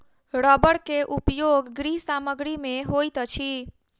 रबड़ के उपयोग गृह सामग्री में होइत अछि